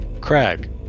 Craig